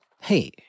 hey